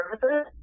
services